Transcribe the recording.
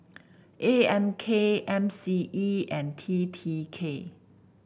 A M K M C E and T T K